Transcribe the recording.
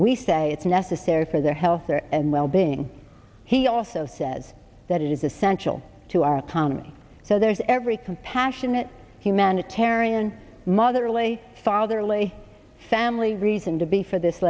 we say it's necessary for their health and well being he also says that it is essential to our economy so there's every compassionate humanitarian motherly fatherly family reason to be for this